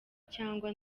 cyangwa